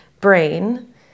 brain